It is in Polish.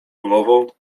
głową